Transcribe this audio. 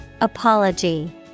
Apology